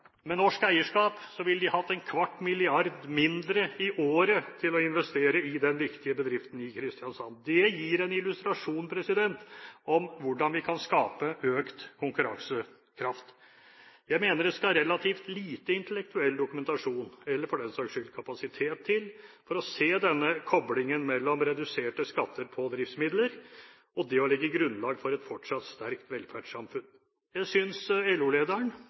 Med norsk eierskap ville de ha hatt en kvart milliard kroner mindre i året til å investere i den viktige bedriften i Kristiansand. Det gir en illustrasjon på hvordan man kan skape økt konkurransekraft. Jeg mener det skal relativt lite intellektuell dokumentasjon – eller for den saks skyld, kapasitet – til for å se denne koblingen mellom reduserte skatter på driftsmidler og det å legge grunnlag for et fortsatt sterkt velferdssamfunn. Jeg synes